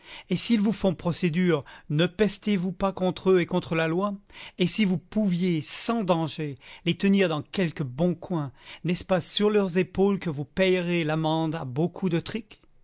et s'ils vous font procédure ne pestez vous contre eux et contre la loi et si vous pouviez sans danger les tenir dans quelque bon coin n'est-ce pas sur leurs épaules que vous payeriez l'amende à beaux coups de